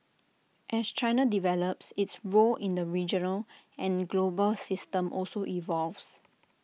as China develops its role in the regional and global system also evolves